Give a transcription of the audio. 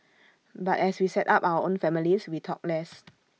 but as we set up our own families we talked less